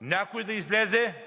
Някой да излезе?